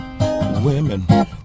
Women